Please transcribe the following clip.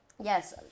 Yes